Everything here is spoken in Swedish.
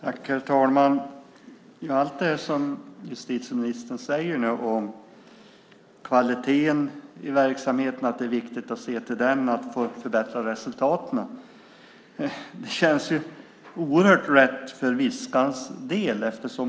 Herr talman! Allt det som justitieministern säger nu om att det är viktigt att se till kvaliteten i verksamheten och förbättra resultaten känns oerhört rätt för Viskans del.